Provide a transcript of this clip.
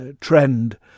trend